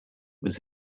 was